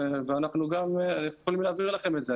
ואנחנו גם יכולים להעביר לכם את זה.